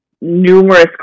numerous